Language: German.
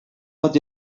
hat